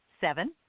seven